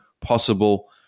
possible